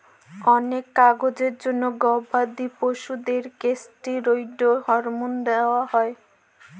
অনেক কাজের জন্য গবাদি পশুদের কেষ্টিরৈড হরমোন দেওয়া হয়